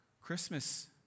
Christmas